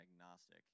agnostic